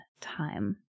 time